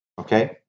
Okay